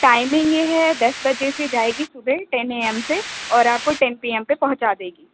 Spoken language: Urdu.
ٹائمنگ یہ ہے دس بجے سے جائے گی صبح ٹین اے ایم سے اور آپ کو ٹین پی ایم پہ پہنچا دے گی